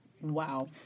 Wow